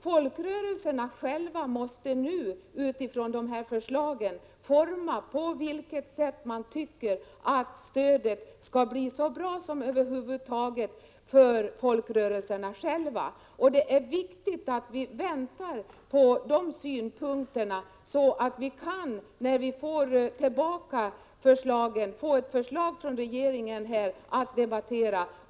Folkrörelserna själva måste nu med utgångspunkt i de förslagen avgöra hur stödet skall bli så bra som över huvud taget är möjligt för folkrörelserna själva. Det är viktigt att vi väntar på de synpunkterna och att vi sedan får ett förslag från regeringen att debattera.